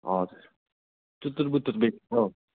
हजुर चुतुरबुतुर बेसी छ हौ